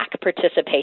participation